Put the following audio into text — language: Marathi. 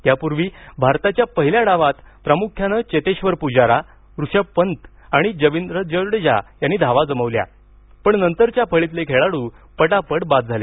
तत्पूर्वी भारताच्या पहिल्या डावात प्रामुख्याने चेतेश्वर पुजारा ऋषभ पंत आणि रविंद्र जडेजा यांनी धावा जमवल्या पण नंतरच्या फळीतले खेळाडू पटापट बाद झाले